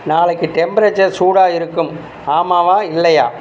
நாளைக்கு டெம்பரேச்சர் சூடாக இருக்கும் ஆமாவா இல்லையா